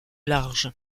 large